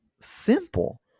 simple